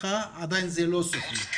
עדיין זה לא סופי.